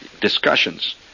discussions